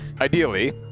Ideally